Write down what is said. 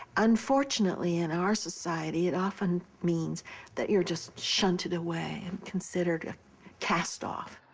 unfortunately, in our society, it often means that you're just shunted away and considered a castoff.